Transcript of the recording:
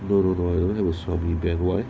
no no no I don't have a soggy beltway